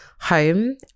home